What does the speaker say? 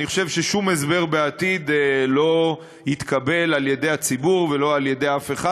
אני חושב ששום הסבר בעתיד לא יתקבל על-ידי הציבור ולא על-ידי אף אחד.